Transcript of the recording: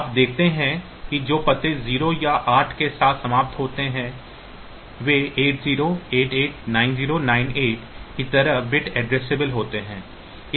आप देखते हैं कि जो पते 0 या 8 के साथ समाप्त होते हैं वे 80 88 90 98 की तरह बिट एड्रेसेबल होते हैं